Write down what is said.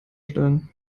stellen